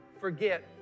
forget